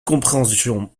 compréhension